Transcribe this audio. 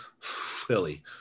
Philly